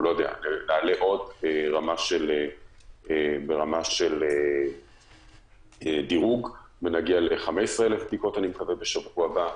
נעלה בעוד רמה של דירוג ונגיע ל-15,000 בדיקות בשבוע הבא,